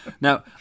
Now